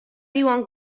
diuen